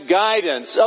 guidance